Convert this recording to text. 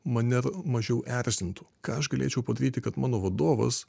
mane mažiau erzintų ką aš galėčiau padaryti kad mano vadovas